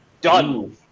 Done